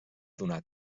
donar